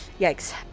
Yikes